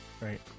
right